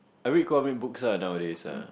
I read comic books ah nowadays ah